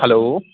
hello